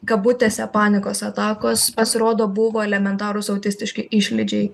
kabutėse panikos atakos pasirodo buvo elementarūs autistiški išlydžiai